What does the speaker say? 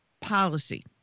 policy